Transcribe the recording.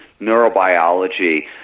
Neurobiology